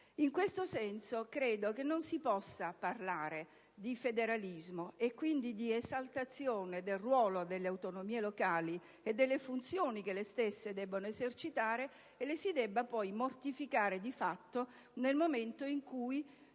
In questo senso credo che non si possa parlare di federalismo e quindi di esaltazione del ruolo delle autonomie locali e delle funzioni che le stesse devono esercitare per poi mortificarle di fatto nel momento in cui